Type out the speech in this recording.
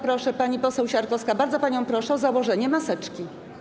Pani poseł Siarkowska, bardzo panią proszę o założenie maseczki.